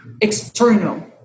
external